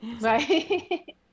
right